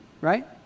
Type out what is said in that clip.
right